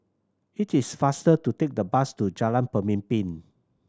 it is faster to take the bus to Jalan Pemimpin